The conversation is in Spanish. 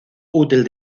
útil